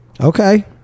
Okay